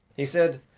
he said,